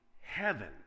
heaven